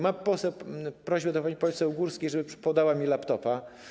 Mam prośbę do pani poseł Górskiej, żeby podała mi laptopa.